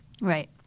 Right